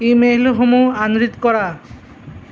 ই মেইলসমূহ আনৰীড কৰা